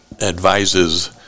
advises